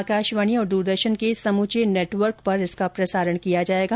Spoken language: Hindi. आकाशवाणी और दूरदर्शन के समूचे नेटवर्क से इसका प्रसारण किया जाएगा